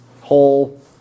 whole